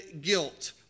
guilt